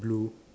blue